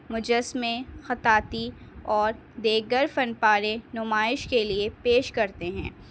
مجسمے خططی اور دیگر فن پارے نمائش کے لیے پیش کرتے ہیں